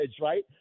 right